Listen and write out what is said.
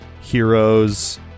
Heroes